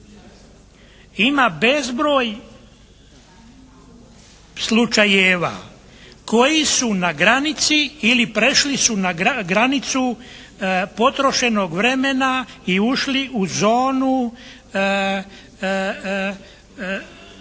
Ima bezbroj slučajeva koji su na granici ili prešli su granicu potrošenog vremena i ušli u zonu